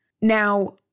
Now